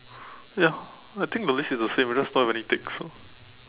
ya I think the list is the same I just don't have any ticks so